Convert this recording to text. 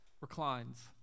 reclines